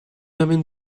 amène